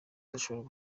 dushobora